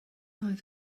oedd